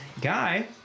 Guy